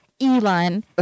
elon